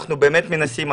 אנחנו באמת מנסים,